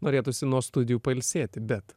norėtųsi nuo studijų pailsėti bet